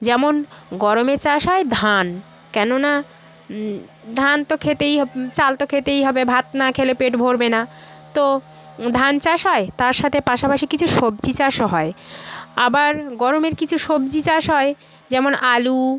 যেমন গরমে চাষ হয় ধান কেননা ধান তো খেতেই হব চাল তো খেতেই হবে ভাত না খেলে পেট ভরবে না তো ধান চাষ হয় তার সাথে পাশাপাশি কিছু সবজি চাষও হয় আবার গরমের কিছু সবজি চাষ হয় যেমন আলু